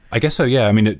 i guess so. yeah. i mean,